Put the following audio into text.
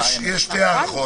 יש שתי הארכות.